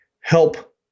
help